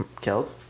killed